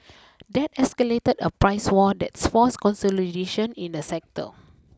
that escalated a price war that's forced consolidation in the sector